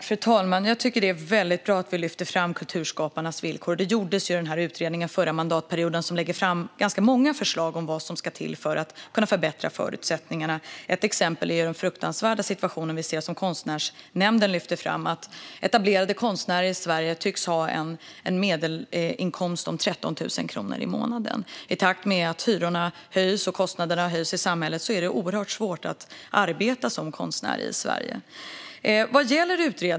Fru talman! Jag tycker att det är väldigt bra att vi lyfter fram kulturskaparnas villkor. Det gjordes ju i den utredning från den förra mandatperioden som lade fram ganska många förslag om vad som ska till för att förutsättningarna ska kunna förbättras. Ett exempel är den fruktansvärda situation som Konstnärsnämnden lyfter fram, nämligen att etablerade konstnärer i Sverige tycks ha en medelinkomst på 13 000 i månaden. I takt med att hyrorna och kostnaderna höjs i samhället är det oerhört svårt att arbeta som konstnär i Sverige.